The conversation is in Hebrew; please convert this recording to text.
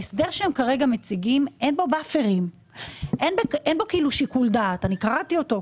היושב-ראש: ההסדר שהם כרגע מציגים אין בו באפרים; אני קראתי אותו,